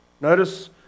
Notice